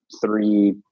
three